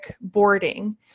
boarding